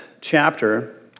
chapter